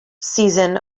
season